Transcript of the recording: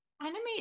Animate